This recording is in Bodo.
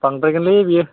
बांद्रायगोन लै बियो